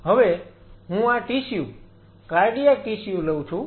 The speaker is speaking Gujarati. હવે હું આ ટિશ્યુ કાર્ડિયાક ટિશ્યુ લઉં છું